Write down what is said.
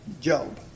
Job